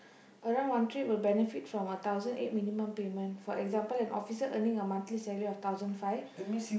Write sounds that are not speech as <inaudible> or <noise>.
around one trip will benefit from a thousand eight minimum payment for example an officer earning a monthly salary of thousand five <breath>